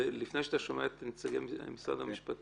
לפני שאתה שומע את נציגי משרד המשפטים?